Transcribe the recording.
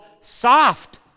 soft